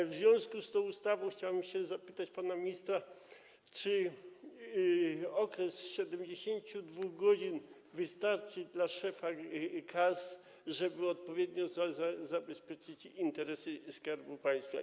W związku z tą ustawą chciałem zapytać pana ministra, czy okres 72 godzin wystarczy szefowi KAS, żeby odpowiednio zabezpieczyć interesy Skarbu Państwa.